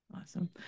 Awesome